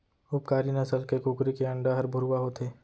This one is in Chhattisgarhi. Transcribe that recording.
उपकारी नसल के कुकरी के अंडा हर भुरवा होथे